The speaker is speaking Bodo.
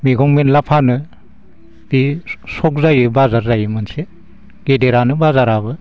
मैगं मैला फानो बे सख जायो बाजार जायो मोनसे गेदेरानो बाजाराबो